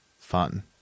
fun